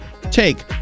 take